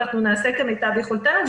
אבל אנחנו נעשה כמיטב יכולתנו.